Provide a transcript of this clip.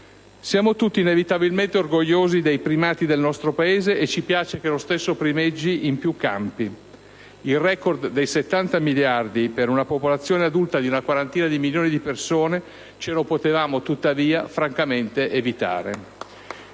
Siamo tutti inevitabilmente orgogliosi dei primati del nostro Paese e ci piace che lo stesso primeggi in più campi. Il record dei 70 miliardi, per una popolazione adulta di una quarantina di milioni di persone, ce lo potevamo tuttavia francamente risparmiare.